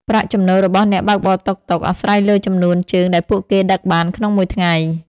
ប្រាក់ចំណូលរបស់អ្នកបើកបរតុកតុក អាស្រ័យលើចំនួនជើងដែលពួកគេដឹកបានក្នុងមួយថ្ងៃ។